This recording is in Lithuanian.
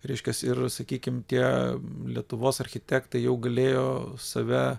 reiškias ir sakykim tie lietuvos architektai jau galėjo save